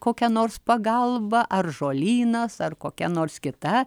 kokia nors pagalba ar žolynas ar kokia nors kita